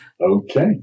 Okay